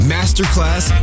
Masterclass